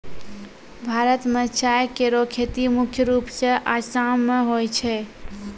भारत म चाय केरो खेती मुख्य रूप सें आसाम मे होय छै